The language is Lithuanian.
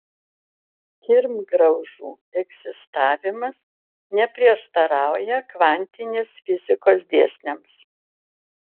kirmgraužų egzistavimas neprieštarauja kvantinės fizikos dėsniams